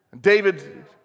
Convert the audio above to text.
David